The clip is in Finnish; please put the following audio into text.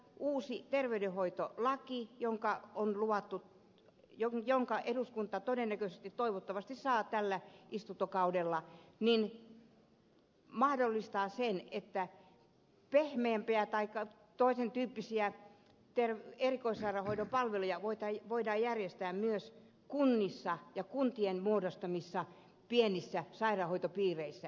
uusi terveydenhoitolaki jonka eduskunta todennäköisesti ja toivottavasti saa tällä istuntokaudella mahdollistaa sen että pehmeämpiä taikka toisen tyyppisiä erikoissairaanhoidon palveluja voidaan järjestää myös kunnissa ja kuntien muodostamissa pienissä sairaanhoitopiireissä